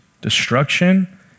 destruction